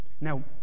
now